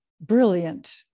brilliant